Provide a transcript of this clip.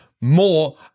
more